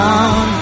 on